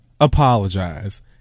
apologize